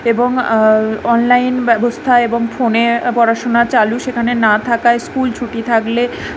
এবং অনলাইন ব্যবস্থা এবং ফোনে পড়াশোনা চালু সেখানে না থাকায় স্কুল ছুটি থাকলে